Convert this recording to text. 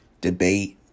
debate